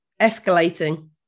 escalating